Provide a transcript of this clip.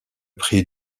prix